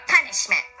punishment